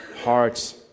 hearts